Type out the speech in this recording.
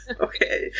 Okay